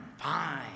fine